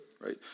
right